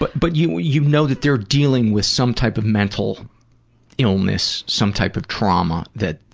but but you you know that they're dealing with some type of mental illness some type of trauma that.